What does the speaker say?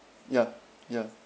ya ya